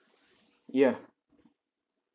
ya